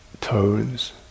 tones